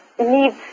need